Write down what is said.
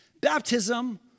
Baptism